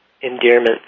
Endearment